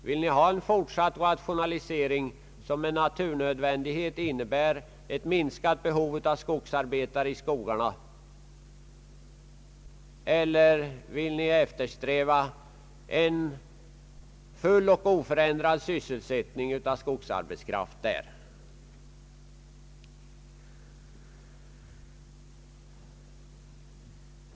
Vill ni ha en fortsatt rationalisering, som med naturnödvändighet innebär ett minskat behov av skogsarbetare i skogarna, eller vill ni eftersträva en full och oförändrad sysselsättning för skogsarbetskraften?